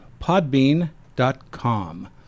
podbean.com